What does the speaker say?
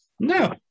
No